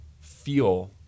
feel